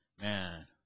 Man